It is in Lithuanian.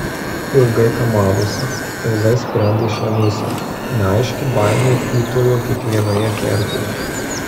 ilgai kamavosi ilgai sprendė šią mįslę neaiški baimė kiūtojo kiekvienoje kertėje